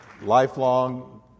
lifelong